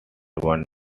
one